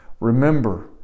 remember